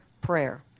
prayer